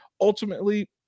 ultimately